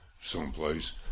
someplace